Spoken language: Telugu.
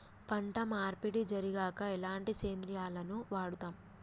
పంట మార్పిడి జరిగాక ఎలాంటి సేంద్రియాలను వాడుతం?